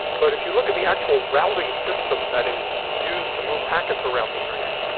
but if you look at the actual routing system that is used to move packets around the internet,